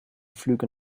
flüge